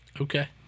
Okay